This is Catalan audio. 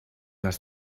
les